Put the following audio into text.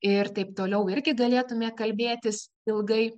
ir taip toliau irgi galėtume kalbėtis ilgai